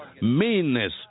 meanness